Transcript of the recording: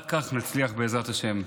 רק כך נצליח, בעזרת השם.